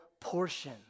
portion